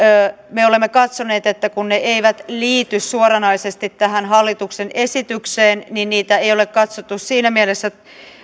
me olemme katsoneet että kun ne eivät liity suoranaisesti tähän hallituksen esitykseen niin ei ole katsottu siinä mielessä